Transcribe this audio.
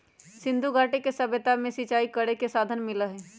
सिंधुघाटी के सभ्यता में सिंचाई करे के साधन मिललई ह